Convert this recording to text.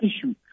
issue